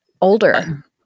older